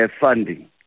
funding